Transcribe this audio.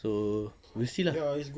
so we'll see lah